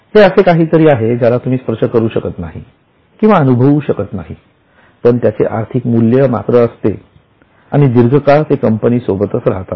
हे असे काहितरी आहे ज्याला तुम्ही स्पर्श करू शकत नाही किंवा अनुभवू शकत नाही पण त्याचे आर्थिक मूल्य असते आणि दीर्घकाळ कंपनीसोबत राहतात